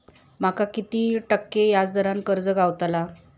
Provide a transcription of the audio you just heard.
माका किती टक्के व्याज दरान कर्ज गावतला?